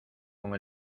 con